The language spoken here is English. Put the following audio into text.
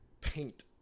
paint